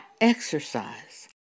exercise